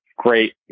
Great